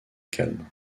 calme